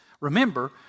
Remember